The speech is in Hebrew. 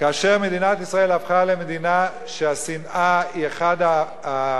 כאשר מדינת ישראל הפכה למדינה שהשנאה היא אחד הקטליזטורים